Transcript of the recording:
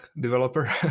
developer